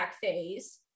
phase